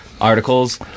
articles